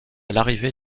l’arrivée